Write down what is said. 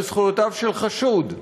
בזכויותיו של חשוד.